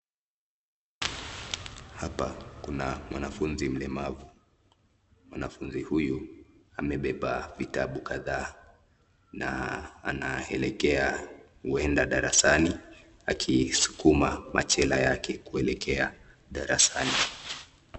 Hapa Kuna mwanafunzi mlemavu mwanafunzi huyu amepepa vitabu kadhaa na anaekekea uenda darasani akisukuma machela yake kuekelea darasani.